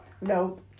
Nope